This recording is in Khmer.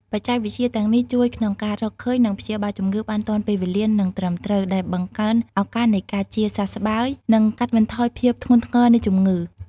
បច្ចេកវិទ្យាទាំងនេះជួយក្នុងការរកឃើញ និងព្យាបាលជំងឺបានទាន់ពេលវេលា និងត្រឹមត្រូវ ដែលបង្កើនឱកាសនៃការជាសះស្បើយ និងកាត់បន្ថយភាពធ្ងន់ធ្ងរនៃជំងឺ។